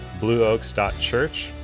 blueoaks.church